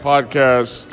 podcast